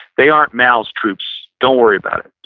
they aren't mao's troops. don't worry about it.